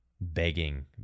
begging